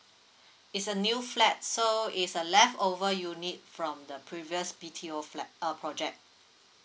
it's a new flat so it's a left over you need from the previous B_T_O flat uh project